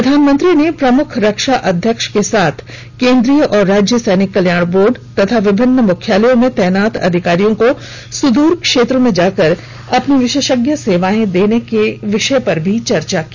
प्रधानमंत्री ने प्रमुख रक्षा अध्यक्ष के साथ केन्द्रीय और राज्य सैनिक कल्याण बोर्ड तथा विभिन्न मुख्यालयों में तैनात अधिकारियों को सुदूर क्षेत्रों में जाकर अपनी विशेषज्ञ सेवाएं देने के विषय पर भी चर्चा की